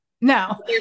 no